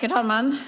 Herr talman!